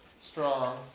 strong